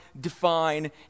define